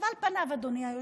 על פניו, אדוני היושב-ראש,